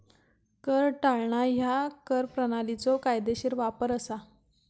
कर टाळणा ह्या कर प्रणालीचो कायदेशीर वापर असा